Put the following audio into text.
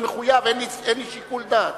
אני מחויב, אין לי שיקול דעת.